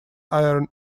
iron